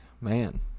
Man